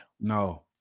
No